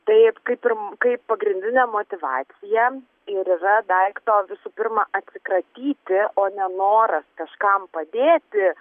tai kaip ir kaip pagrindinė motyvacija ir yra daikto visų pirma atsikratyti o ne noras kažkam padėti